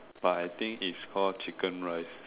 but I think it's called chicken rice